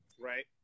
right